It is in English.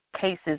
cases